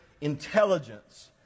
intelligence